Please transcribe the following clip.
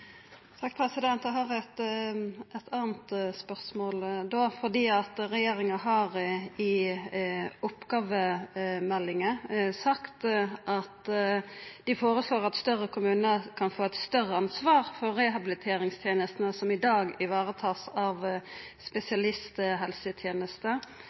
Eg har eit anna spørsmål då. Regjeringa har i oppgåvemeldinga føreslått at større kommunar kan få eit større ansvar for rehabiliteringstenestene som i dag vert varetatt av